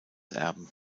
erben